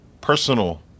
personal